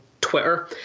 Twitter